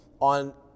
on